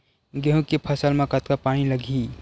गेहूं के फसल म कतका पानी लगही?